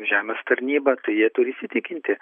žemės tarnyba tai jie turi įsitikinti